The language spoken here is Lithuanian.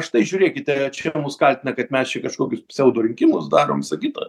štai žiūrėkite čia mus kaltina kad mes čia kažkokius pseudo rinkimus darom visa kita